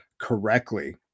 correctly